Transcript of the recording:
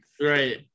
Right